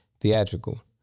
theatrical